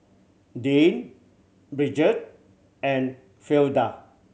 Dean Bridgette and Fleda